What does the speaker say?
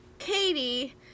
Katie